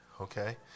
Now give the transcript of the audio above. okay